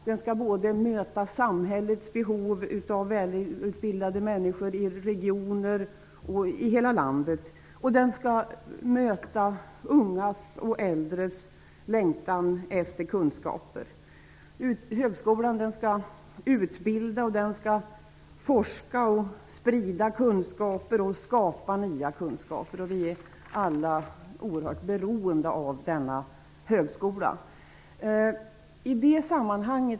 Den skall både möta samhällets behov av välutbildade människor i regioner i hela landet, och den skall möta ungas och äldres längtan efter kunskaper. Högskolan skall utbilda, forska, sprida kunskaper och skapa nya kunskaper. Vi är alla oerhört beroende av högskolan.